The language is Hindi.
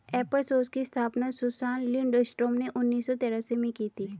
एपर सोर्स की स्थापना सुसान लिंडस्ट्रॉम ने उन्नीस सौ तेरासी में की थी